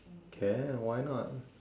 can why not